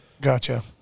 Gotcha